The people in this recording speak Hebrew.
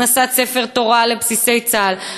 הכנסת ספר תורה לבסיסי צה"ל.